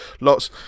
lots